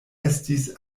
estis